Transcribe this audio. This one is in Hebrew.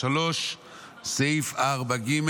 3. סעיף 4(ג).